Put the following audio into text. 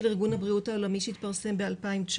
ארגון הבריאות העולמי שהתפרסם ב-2019,